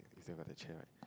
it's there by the chair right